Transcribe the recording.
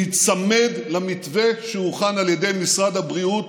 להיצמד למתווה שהוכן על ידי משרד הבריאות